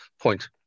point